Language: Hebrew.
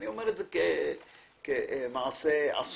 אני אומר את זה כמעשה עשוי,